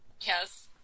Yes